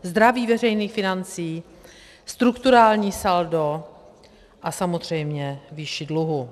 Zdraví veřejných financí, strukturální saldo a samozřejmě výši dluhů.